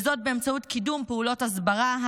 וזאת באמצעות קידום פעולות הסברה,